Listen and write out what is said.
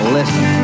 listen